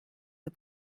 the